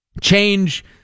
change